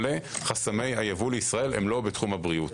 חסמי הייבוא לישראל הם לא בתחום הבריאות.